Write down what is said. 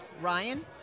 Ryan